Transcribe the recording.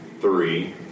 three